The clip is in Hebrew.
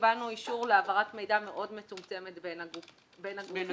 אישור להעברת מידע מאוד מצומצמת בין הגופים,